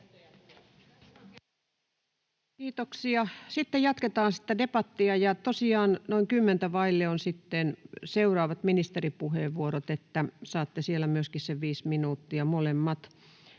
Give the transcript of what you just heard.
Kiitoksia. — Sitten jatketaan debattia, ja tosiaan noin kymmentä vaille ovat sitten seuraavat ministeripuheenvuorot, eli saatte siellä myöskin viisi minuuttia molemmat.